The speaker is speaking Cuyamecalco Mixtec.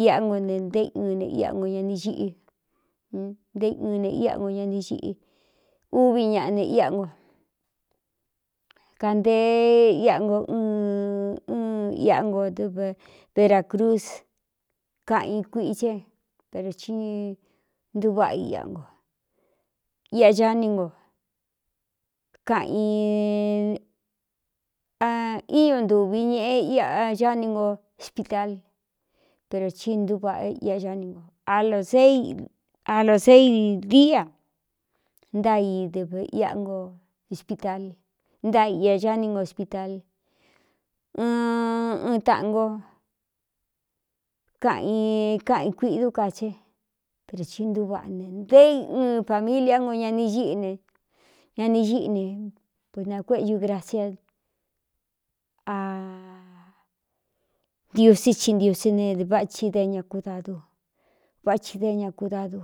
iꞌa no n né ia n ñn ꞌnté ɨn ne ía no ñn iꞌi úvi ñaꞌa ne íꞌa ngo kanteé íꞌa nko ɨ ɨn iꞌa no dɨv veracruz kaꞌan i kuichɨ é pero tí ntúváꞌa iꞌa no iꞌa xáni no kaꞌaníñu ntuvi ñēꞌe ia xáni ngo hospítal pero tí ntvaꞌa ia xáni no a lōseid dia nai dɨv ia noota ntaa iꞌia xání no hospital ɨn taꞌan nko kaꞌan ī kaꞌa i kuidú ka che é perō ti ntúvaꞌa ne ndéi ɨɨn familiá nko ñan ꞌeña ni xíꞌi ne penākuéꞌñú gracia andiusí ci ntiusé neváchi d ña kudadu vá chi de ña kudadu.